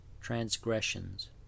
transgressions